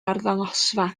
arddangosfa